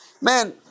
Man